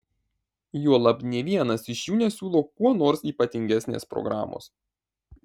juolab nė vienas iš jų nesiūlo kuo nors ypatingesnės programos